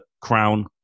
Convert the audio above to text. crown